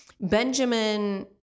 Benjamin